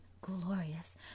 glorious